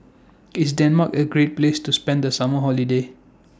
IS Denmark A Great Place to spend The Summer Holiday